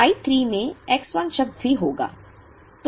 I 3 में X 1 शब्द भी होगा